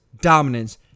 dominance